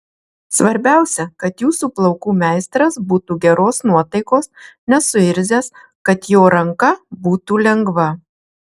svarbiausia kad jūsų plaukų meistras būtų geros nuotaikos nesuirzęs kad jo ranka būtų lengva